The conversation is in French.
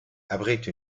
abrite